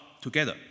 together